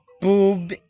boob